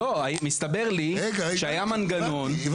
לא, מסתבר לי שהיה מנגנון --- רגע, רגע.